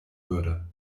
würde